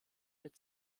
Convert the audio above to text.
mit